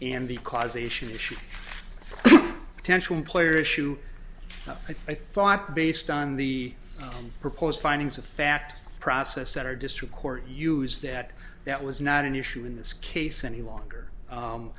and the causation issue attention player issue i thought based on the proposed findings of fact process that our district court use that that was not an issue in this case any longer